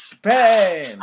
pain